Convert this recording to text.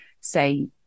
say